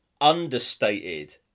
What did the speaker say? understated